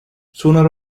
sooner